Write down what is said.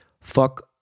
fuck